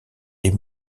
des